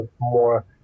more